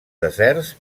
deserts